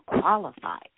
qualified